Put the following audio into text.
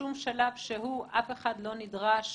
שבשום שלב שהוא אף אחד לא נדרש